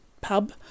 pub